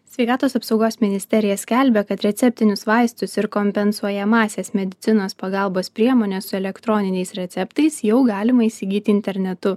sveikatos apsaugos ministerija skelbia kad receptinius vaistus ir kompensuojamąsias medicinos pagalbos priemones su elektroniniais receptais jau galima įsigyti internetu